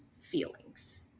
feelings